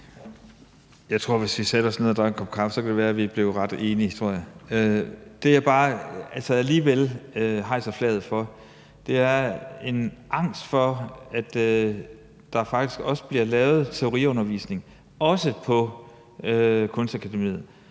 (UFG): Hvis vi satte os ned og drak en kop kaffe, kunne det være, vi blev ret enige – det tror jeg. Det, jeg bare alligevel hejser flaget for, er en angst, i forhold til om der faktisk også vil blive lavet teoriundervisning, også på Kunstakademiet.